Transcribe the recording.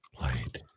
light